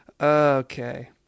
Okay